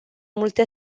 multe